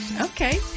okay